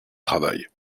travail